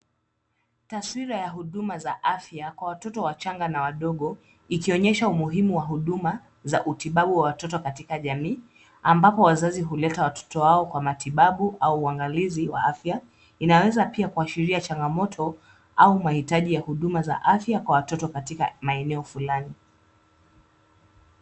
Taswira ya huduma za afya kwa watoto wachanga na wadogo; ikionyesha umuhimu wa huduma za utibabu wa watoto katika jamii ambapo wazazi huleta watoto wao kwa matibabu au uangalizi wa afya. Inaanza pia kuashiria changamoto au mahitaji ya huduma za afya kwa watoto katika maeneo fulani.